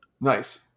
Nice